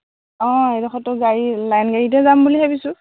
অ' এই দ'খৰটো গাড়ী লাইন গাড়ীতে যাম বুলি ভাবিছোঁ